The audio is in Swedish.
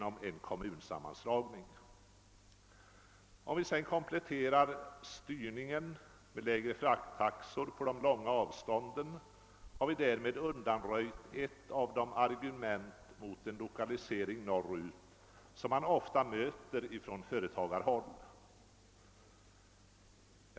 Om vi sedan kompletterar styrningen med lägre frakttaxor på de långa avstånden, så har vi därmed undanröjt ett av de argument mot en lokalisering norrut som man ofta möter från företagarhåll.